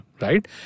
right